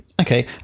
okay